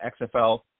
XFL